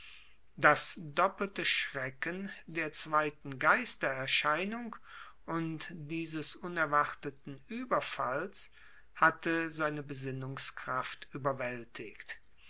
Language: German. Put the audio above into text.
das doppelte schrecken der zweiten geistererscheinung und dieses unerwarteten überfalls hatte seine besinnungskraft überwältigt